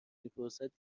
میپرسد